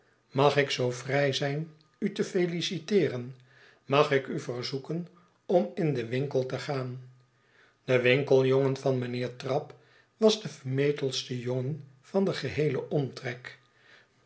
mag ik zoo vrij zijn u te feliciteeren mag ik u verzoeken om in den winkel te gaan de winkeljongen van mijnheer trabb was de vermetelste jongen van den geheelen omtrek